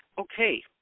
Okay